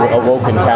awoken